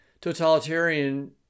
totalitarian